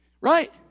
Right